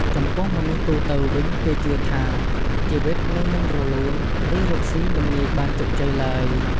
ចំពោះមនុស្សទូទៅវិញ គេជឿថា ជីវិតនឹងមិនរលូន ឬរកស៊ីមិនងាយបានជោគជ័យទ្បើយ។